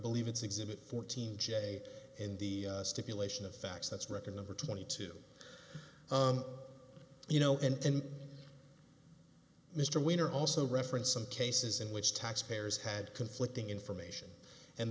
believe it's exhibit fourteen j in the stipulation of facts that's record number twenty two you know and mr winter also referenced some cases in which taxpayers had conflicting information and